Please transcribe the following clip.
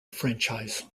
franchise